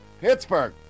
Pittsburgh